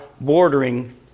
bordering